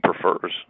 prefers